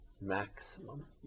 maximum